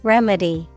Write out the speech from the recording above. Remedy